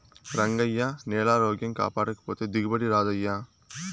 రంగయ్యా, నేలారోగ్యం కాపాడకపోతే దిగుబడి రాదయ్యా